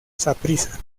saprissa